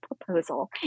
proposal